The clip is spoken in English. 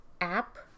app